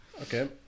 Okay